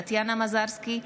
טטיאנה מזרסקי,